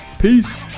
Peace